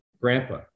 Grandpa